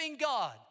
God